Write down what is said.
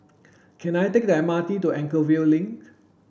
can I take the M R T to Anchorvale Link